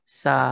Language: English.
sa